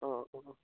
অঁ অঁ অঁ